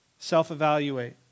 Self-evaluate